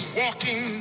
walking